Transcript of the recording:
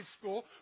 school